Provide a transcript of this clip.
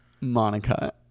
Monica